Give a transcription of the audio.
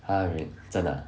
!huh! rea~ 真的 ah